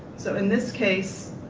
so, in this case,